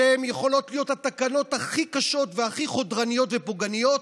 שיכולות להיות התקנות הכי קשות והכי חודרניות ופוגעניות,